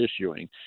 issuing